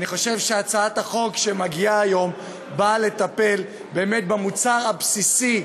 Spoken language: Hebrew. אני חושב שהצעת החוק שמגיעה היום באה לטפל באמת במוצר הבסיסי,